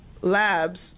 labs